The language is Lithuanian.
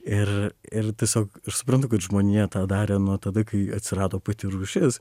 ir ir tiesiog ir suprantu kad žmonija tą darė nuo tada kai atsirado pati rūšis